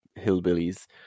hillbillies